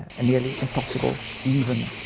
and nearly impossible even,